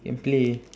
can play